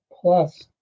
plus